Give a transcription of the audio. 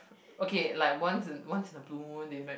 okay like once once in a blue moon they've like